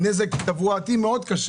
נזק תברואתי קשה מאוד.